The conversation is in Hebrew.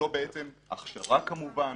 הכשרה כמובן.